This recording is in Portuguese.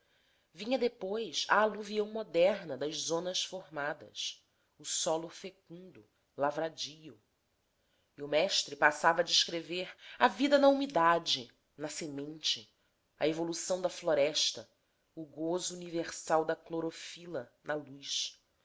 vinha depois a aluvião moderna das zonas formadas o solo fecundo lavradio e o mestre passava a descrever a vida na umidade na semente a evolução da floresta o gozo universal da clorofila na luz